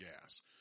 gas